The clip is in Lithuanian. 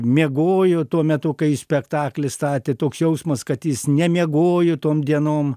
miegojo tuo metu kai spektaklį statė toks jausmas kad jis nemiegojo tom dienom